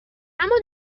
اما